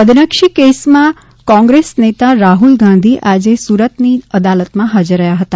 બદનક્ષી કેસમાં કોંગ્રેસ નેતા રાફલ ગાંધી આજે સુરતની અદાલતમાં હાજર રહ્યા હતા